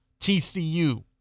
tcu